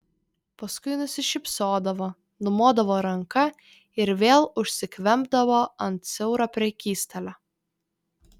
paskui nusišypsodavo numodavo ranka ir vėl užsikvempdavo ant siauro prekystalio